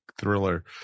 thriller